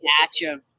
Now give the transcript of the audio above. gotcha